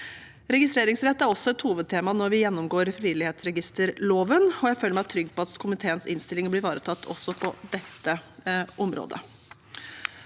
Registreringsrett er også et hovedtema når vi gjennomgår frivillighetsregisterloven, og jeg føler meg trygg på at komiteens innstilling blir ivaretatt også på dette området.